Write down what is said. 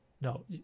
no